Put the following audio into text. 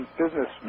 business